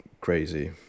crazy